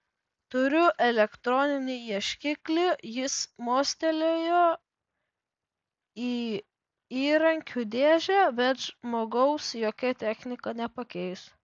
turiu elektroninį ieškiklį jis mostelėjo į įrankių dėžę bet žmogaus jokia technika nepakeis